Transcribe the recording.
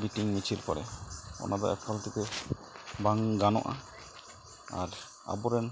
meeting ᱢᱤᱪᱷᱤᱞ ᱠᱚᱨᱮ ᱚᱱᱟᱫᱚ ᱮᱠᱟᱞ ᱛᱮᱜᱮ ᱵᱟᱝ ᱜᱟᱱᱚᱜᱼᱟ ᱟᱨ ᱟᱵᱚᱨᱮᱱ